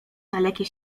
dalekie